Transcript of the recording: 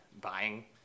buying